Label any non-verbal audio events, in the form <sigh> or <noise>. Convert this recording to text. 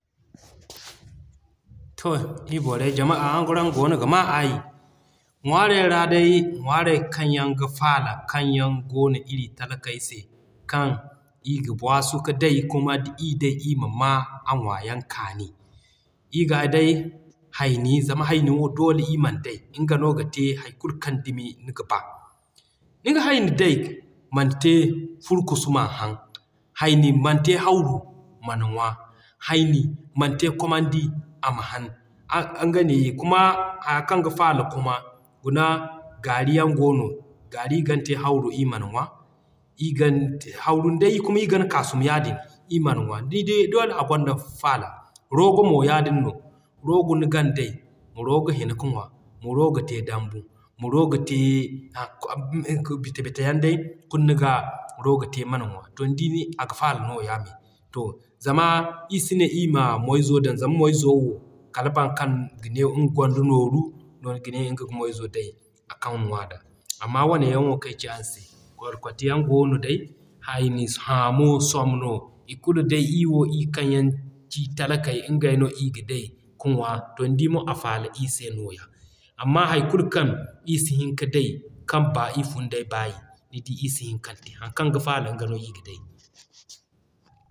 To ii borey jama araŋ goono ga maa aayi. Ŋwaaray ra day ŋwaaray kaŋ yaŋ ga faala kaŋ yaŋ goono iri talakay se kaŋ ii ga waasu ka day kuma d'i day ii ma maa a ŋwaayaŋ kaani. Ii ga day Hayni zama Hayni doole ii man day. Nga no ga te hay kulu kaŋ dumi niga ba. Niga Hayni day man te Furkusu m'a haŋ, Hayni man te Hawru man ŋwa, Hayni man te komandi ama haŋ <hesitation> nga ne hay kaŋ ga faala kuma guna gaari yaŋ goono. Gaari ii gan te Hawru ii man ŋwa, ii gan te Hawru day kuma ii gan kaasum yaadin ii man ŋwa. Nidi doole a gonda faala. Roogo mo yaadin no. Roogo ni gan day, ma Roogo hina ka ŋwa, ma Roogo te dambu, ma Roogo te <hesitation> bita-bita yaŋ day kulu niga Roogo te man ŋwa. To nidi aga faala nooya me to zama ii si ne ii ma moy zo dan zama moy zo wo kala boro kaŋ ga ne nga gonda nooru, no ga ne nga ga day haŋ kaŋ ga ŋwa da. Amma wane yaŋ wo kaŋ ay ci araŋ se Kolkati yaŋ goono day, Hayni, Haamo, Somno i kulu day ii wo ii yaŋ ii kaŋ yaŋ kaci talakay ngey no ii ga day ka ŋwa. To nidi mo a faala ii se nooya. Amma hay kulu kaŋ ii si hin ka day, kaŋ b'a ii fundey baayi nidi ii si hin kaŋ te. Haŋ kaŋ ga faala nga no ii ga day.